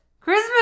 Christmas